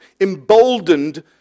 emboldened